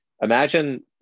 Imagine